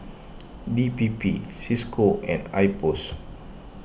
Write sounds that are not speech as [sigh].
D P P Cisco [noise] and Ipos